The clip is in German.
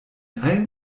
allen